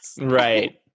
Right